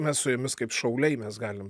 mes su jumis kaip šauliai mes galim